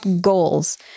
goals